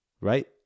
Right